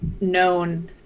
known